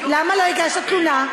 למה לא הגשת תלונה?